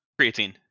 Creatine